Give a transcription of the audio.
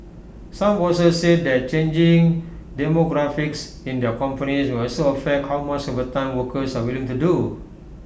some bosses said that changing demographics in their companies may also affect how much overtime workers are willing to do